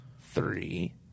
Three